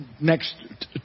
next